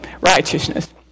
righteousness